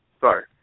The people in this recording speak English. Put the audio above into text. sorry